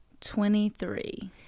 Twenty-three